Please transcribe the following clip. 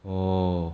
orh